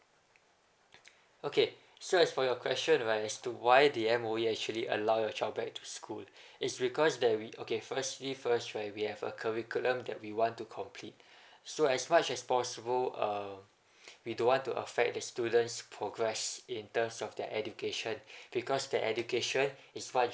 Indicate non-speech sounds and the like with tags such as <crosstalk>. okay so as for your question right as to why the M_O_E actually allow your child back to school is because that we okay firstly first right we have a curriculum that we want to complete <breath> so as much as possible uh we don't want to affect the student's progress in terms of their education <breath> because the education is what